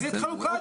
תסריט חלוקה.